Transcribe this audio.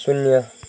शून्य